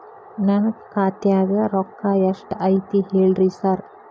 ನನ್ ಖಾತ್ಯಾಗ ರೊಕ್ಕಾ ಎಷ್ಟ್ ಐತಿ ಹೇಳ್ರಿ ಸಾರ್?